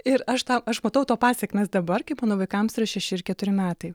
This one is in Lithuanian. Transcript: ir aš aš matau to pasekmes dabar kaip mano vaikams yra šeši ir keturi metai